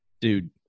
dude